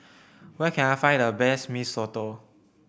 where can I find the best Mee Soto